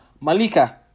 Malika